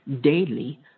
daily